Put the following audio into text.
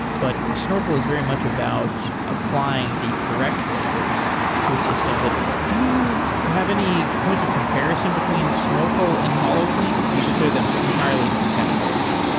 but snorkel is very much about applying the correct labels to a system, but do you have any points of comparison between snorkel and holoclean? do you consider them entirely different categories?